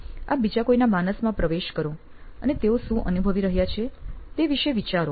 આપ બીજા કોઈના માનસમાં પ્રવેશ કરો અને તેઓ શું અનુભવી રહ્યા છે તેના વિષે વિચારો